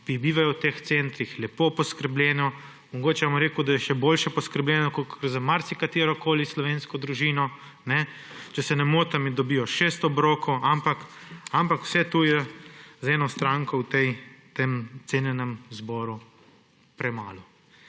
ki bivajo v teh centrih, lepo poskrbljeno. Mogoče bom rekel, da je še boljše poskrbljeno kakor za marsikatero slovensko družino. Če se ne motim, dobijo šest obrokov, ampak vse to je za eno stranko v tem cenjenem zboru premalo.